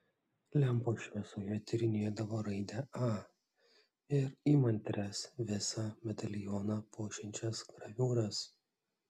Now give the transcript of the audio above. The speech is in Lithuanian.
lempos šviesoje tyrinėdavo raidę a ir įmantrias visą medalioną puošiančias graviūras